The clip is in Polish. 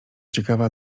ciekawa